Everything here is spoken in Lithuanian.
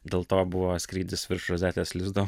dėl to buvo skrydis virš rozetės lizdo